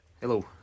Hello